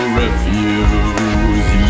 refuse